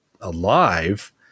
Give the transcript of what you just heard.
alive